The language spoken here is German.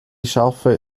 scharfe